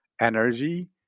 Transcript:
energy